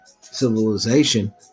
civilization